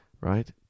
Right